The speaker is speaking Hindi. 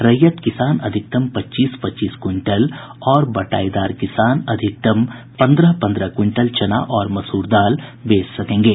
रैयत किसान अधिकतम पच्चीस पच्चीस क्विंटल और बटाईदार किसान अधिकतम पन्द्रह पन्द्रह क्विंटल चना और मसूर दाल बेच सकेंगे